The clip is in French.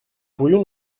pourrions